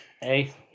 Hey